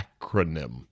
acronym